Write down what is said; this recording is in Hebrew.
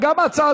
ההצעה